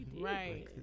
Right